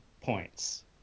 points